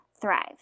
thrive